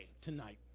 tonight